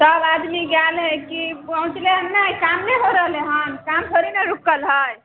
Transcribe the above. सभ आदमी गेल हय कि पहुँचलै हँ नहि काम नहि हो रहलै हँ काम थोड़े ने रुकल हय